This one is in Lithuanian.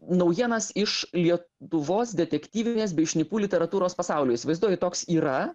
naujienas iš lietuvos detektyvinės bei šnipų literatūros pasaulio įsivaizduoji toks yra